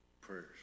Prayers